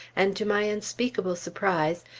and to my unspeakable surprise,